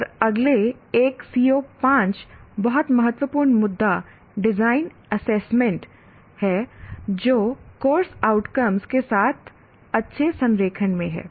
और अगले एक CO5 बहुत महत्वपूर्ण मुद्दा डिजाइन एसेसमेंट है जो कोर्स आउटकम्स के साथ अच्छे संरेखण में है